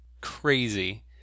crazy